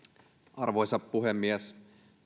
arvoisa puhemies